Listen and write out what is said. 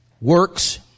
Works